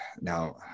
now